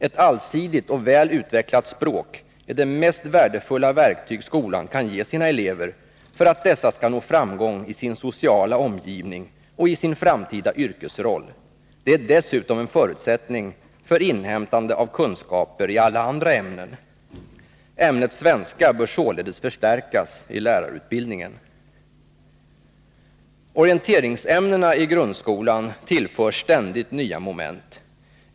Ett allsidigt och väl utvecklat språk är det mest värdefulla verktyg skolan kan ge sina elever för att dessa skall nå framgång i sin sociala omgivning och i sin framtida yrkesroll. Det är dessutom en förutsättning för inhämtande av kunskaper i alla andra ämnen. Ämnet svenska bör således förstärkas i lärarutbildningen. Orienteringsämnena i grundskolan tillförs ständigt nya moment.